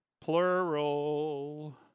plural